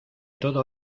todo